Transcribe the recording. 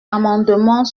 amendement